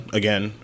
again